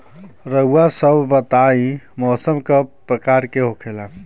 रउआ सभ बताई मौसम क प्रकार के होखेला?